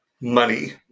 money